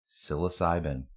psilocybin